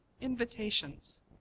invitations